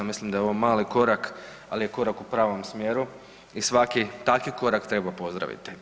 Mislim da je ovo mali korak, ali je korak u pravom smjeru i svaki taki korak treba pozdraviti.